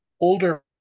Older